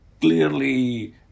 clearly